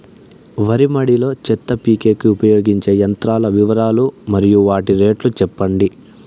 వరి మడి లో చెత్త పీకేకి ఉపయోగించే యంత్రాల వివరాలు మరియు వాటి రేట్లు చెప్పండి?